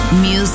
Music